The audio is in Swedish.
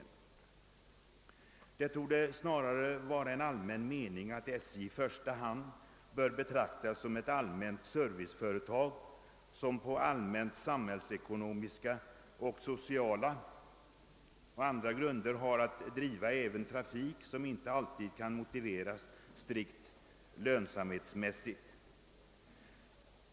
Snarare torde det vara en allmän mening att SJ i första hand bör betraktas som ett serviceföretag som på samhällsekonomiska, sociala och andra grunder har att driva även sådan trafik som inte kan motiveras strikt lönsamhetsmässigt.